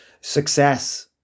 success